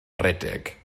redeg